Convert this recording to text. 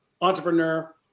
entrepreneur